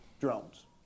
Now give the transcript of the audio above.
drones